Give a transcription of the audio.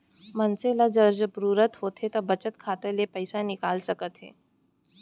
मनसे ल जब जरूरत होथे बचत खाता ले पइसा निकाल सकत हे